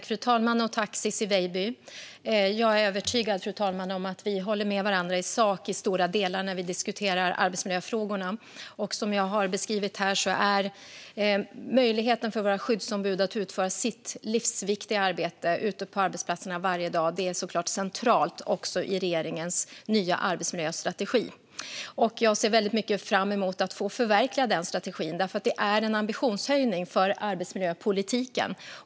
Fru talman! Tack, Ciczie Weidby! Jag är övertygad om att vi håller med varandra i sak i stora delar när vi diskuterar arbetsmiljöfrågorna. Som jag har beskrivit är möjligheten för våra skyddsombud att varje dag utföra sitt livsviktiga arbete ute på arbetsplatserna central också i regeringens nya arbetsmiljöstrategi. Jag ser mycket fram emot att förverkliga den strategin. Det är en ambitionshöjning för arbetsmiljöpolitiken.